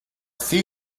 sea